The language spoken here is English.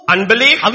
Unbelief